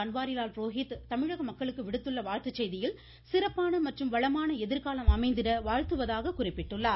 பன்வாரிலால் புரோஹித் தமிழக மக்களுக்கு விடுத்துள்ள வாழ்த்து செய்தியில் சிறப்பான மற்றும் வளமான எதிர்காலம் அமைந்திட வாழ்த்துவதாகக் குறிப்பிட்டுள்ளார்